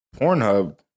Pornhub